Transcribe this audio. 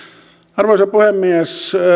arvoisa puhemies